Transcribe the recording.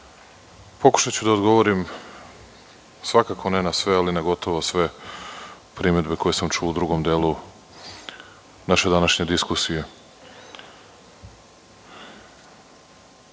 Pokušaću da odgovorim, svakako ne na sve, ali na gotovo sve primedbe koje sam čuo u drugom delu naše današnje diskusije. Bio